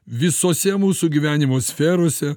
visose mūsų gyvenimo sferose